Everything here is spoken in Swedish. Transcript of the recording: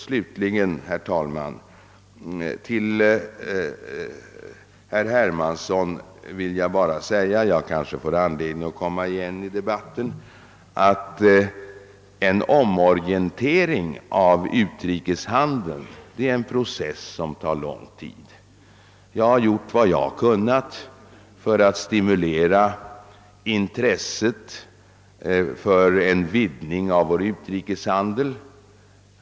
Slutligen vill jag, herr talman, till herr Hermansson bara säga — jag kanske får anledning att återkomma i debatten — att en omorientering av utrikeshandeln är en process som tar lång tid. Jag har gjort vad jag kunnat för att stimulera intresset för en vidgning av vår utrikeshandel.